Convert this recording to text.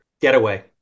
getaway